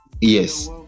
yes